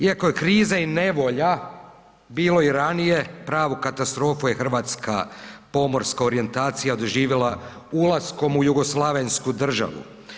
Iako je kriza i nevolja bilo i ranije pravu katastrofu je Hrvatska pomorska orijentacija doživjela ulaskom u Jugoslavensku državu.